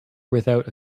without